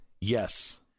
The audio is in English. Yes